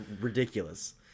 ridiculous